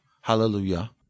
Hallelujah